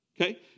Okay